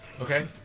Okay